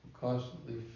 constantly